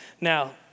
Now